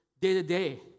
day-to-day